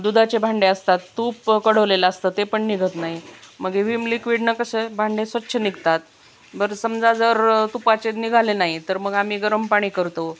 दुधाचे भांडे असतात तूप कढवलेलं असतं ते पण निघत नाही मग हे विम लिक्विडनं कसं भांडे स्वच्छ निघतात बरं समजा जर तुपाचे निघाले नाही तर मग आम्ही गरम पाणी करतो